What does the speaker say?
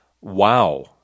Wow